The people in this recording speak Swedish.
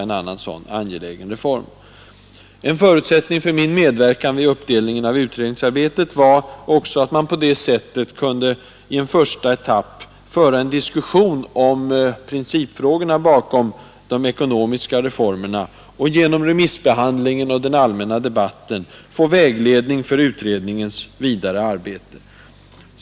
En förutsättning för min medverkan till en uppdelning av utredningsarbetet var att man på detta sätt i en första etapp kunde föra en diskussion om principfrågorna bakom de ekonomiska reformerna, och genom remissbehandlingen och den allmänna debatten få vägledning för utredningens vidare arbete.